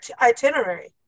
itinerary